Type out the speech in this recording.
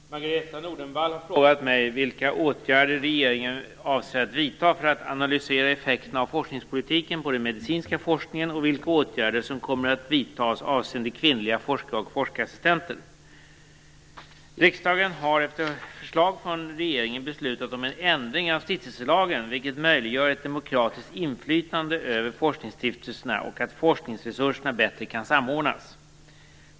Fru talman! Margareta E Nordenvall har frågat mig vilka åtgärder regeringen avser vidta för att analysera effekterna av forskningspolitiken på den medicinska forskningen och vilka åtgärder som kommer att vidtas avseende kvinnliga forskare och forskarassistenter. Riksdagen har, efter förslag från regeringen, beslutat om en ändring av stiftelselagen, vilket möjliggör ett demokratiskt inflytande över forskningsstiftelserna och att forskningsresurserna bättre kan samordnas.